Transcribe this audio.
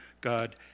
God